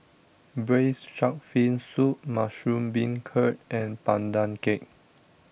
Braised Shark Fin Soup Mushroom Beancurd and Pandan Cake